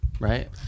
Right